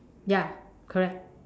ya correct